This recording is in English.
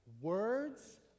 words